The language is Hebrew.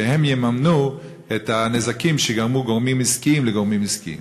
שהם יממנו את הנזקים שגרמו גורמים עסקיים לגורמים עסקיים?